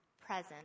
present